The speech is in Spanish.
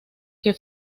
que